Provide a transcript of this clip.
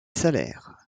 salaires